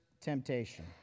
temptation